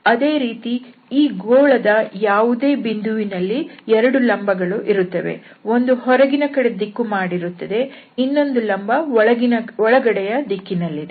ಅದೇ ರೀತಿ ಈ ಗೋಳದ ಯಾವುದೇ ಬಿಂದುವಿನಲ್ಲಿ ಎರಡು ಲಂಬಗಳು ಇರುತ್ತವೆ ಒಂದು ಹೊರಗಿನ ಕಡೆ ದಿಕ್ಕು ಮಾಡಿರುತ್ತದೆ ಇನ್ನೊಂದು ಲಂಬ ಒಳಗಡೆಯ ದಿಕ್ಕಿನಲ್ಲಿದೆ